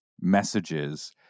messages